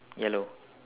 yellow